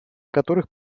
которых